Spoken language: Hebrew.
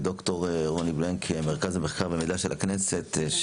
ד"ר רוני בלנק ממרכז המחקר והמידע של הכנסת.